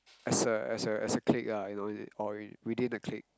as a as a as a clique ah you know or within the clique